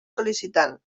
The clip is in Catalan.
sol·licitant